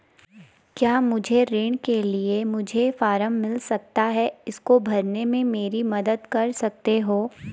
क्या मुझे ऋण के लिए मुझे फार्म मिल सकता है इसको भरने में मेरी मदद कर सकते हो?